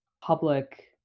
public